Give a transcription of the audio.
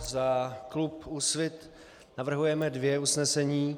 Za klub Úsvit navrhujeme dvě usnesení.